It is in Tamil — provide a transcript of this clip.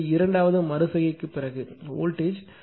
எனவே இரண்டாவது மறு செய்கைக்குப் பிறகு வோல்டேஜ்